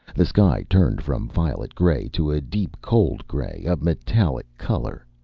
the sky turned from violet gray to a deep cold gray, a metallic color.